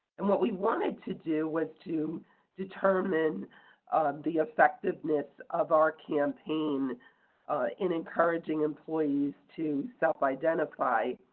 and what we wanted to do was to determine the effectiveness of our campaign in encouraging employees to self identify.